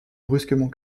brusquement